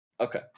Okay